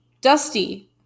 Dusty